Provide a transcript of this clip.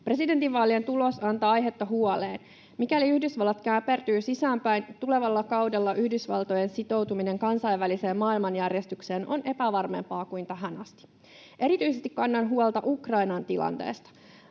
Presidentinvaalien tulos antaa aihetta huoleen. Mikäli Yhdysvallat käpertyy sisäänpäin, tulevalla kaudella Yhdysvaltojen sitoutuminen kansainväliseen maailmanjärjestykseen on epävarmempaa kuin tähän asti. Erityisesti kannan huolta Ukrainan tilanteesta.